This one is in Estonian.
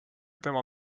tema